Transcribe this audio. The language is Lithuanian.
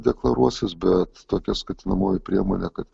deklaruosis bet tokia skatinamoji priemonė kad